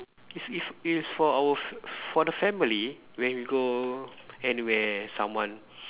it's if it is for our f~ for the family when we go anywhere someone